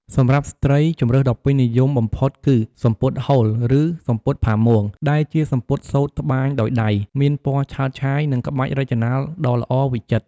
សម្រាប់ស្ត្រី ជម្រើសដ៏ពេញនិយមបំផុតគឺ សំពត់ហូល ឬ សំពត់ផាមួង ដែលជាសំពត់សូត្រត្បាញដោយដៃ មានពណ៌ឆើតឆាយ និងក្បាច់រចនាដ៏ល្អវិចិត្រ។